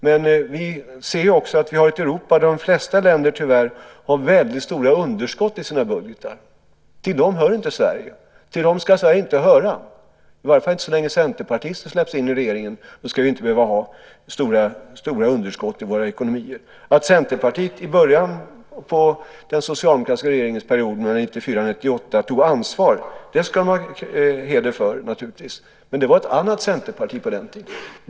Samtidigt ser vi ett Europa där de flesta länder - tyvärr - har stora underskott i sina budgetar. Till dem hör inte Sverige. Åtminstone så länge centerpartister inte släpps in i regeringen ska vi i Sverige inte behöva ha stora underskott i våra ekonomier. Att Centerpartiet i början av den socialdemokratiska regeringsperioden 1994-1998 tog ansvar ska det naturligtvis ha heder av, men det var ett annat Centerparti på den tiden.